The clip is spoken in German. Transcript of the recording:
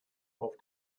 auf